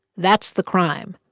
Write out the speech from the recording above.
that's the crime.